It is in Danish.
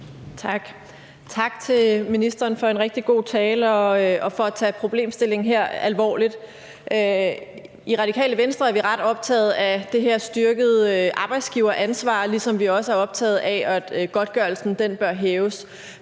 Tak, og tak til ministeren for en rigtig god tale og for at tage problemstillingen her alvorligt. I Radikale Venstre er vi ret optaget af det her styrkede arbejdsgiveransvar, ligesom vi også er optaget af, at godtgørelsen bør hæves.